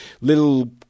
little